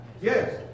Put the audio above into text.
Yes